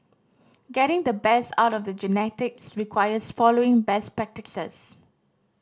getting the best out of the genetics requires following best practices